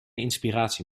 inspiratie